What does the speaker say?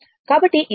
కాబట్టి ఇది విషయం